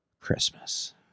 Christmas